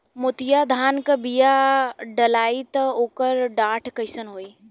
मोतिया धान क बिया डलाईत ओकर डाठ कइसन होइ?